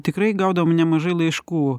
tikrai gaudavom nemažai laiškų